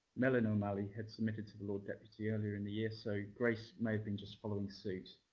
mallen o'malley, had submitted to the lord deputy earlier in the year. so grace may have been just following suit.